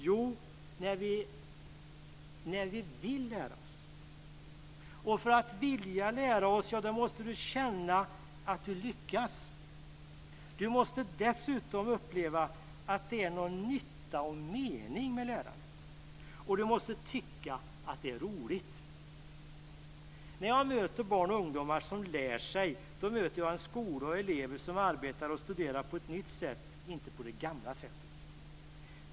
Jo, när vi vill lära oss. För att vilja lära måste du känna att du lyckas. Du måste dessutom uppleva att det är någon nytta och mening med lärandet, och du måste tycka att det är roligt. När jag möter barn och ungdomar som lär sig möter jag en skola och elever som arbetar och studerar på ett nytt sätt och inte på det gamla sättet.